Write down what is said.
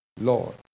Lord